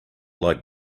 like